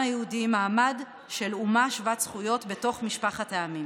היהודי מעמד של אומה שוות זכויות בתוך משפחת העמים.